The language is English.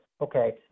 okay